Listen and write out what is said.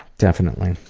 definitely.